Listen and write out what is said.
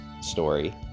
story